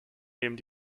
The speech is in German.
nehmen